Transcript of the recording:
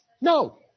No